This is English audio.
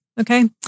Okay